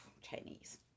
Chinese